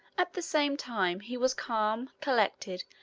at the same time, he was calm, collected,